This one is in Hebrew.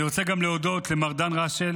אני רוצה להודות גם למר דן רשל,